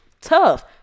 Tough